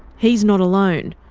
he's not alone.